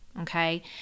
Okay